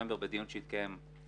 בנובמבר בדיון שהתקיים.